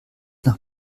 nach